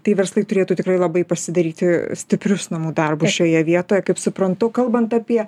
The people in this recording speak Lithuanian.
tai verslai turėtų tikrai labai pasidaryti stiprius namų darbus šioje vietoje kaip suprantu kalbant apie